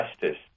justice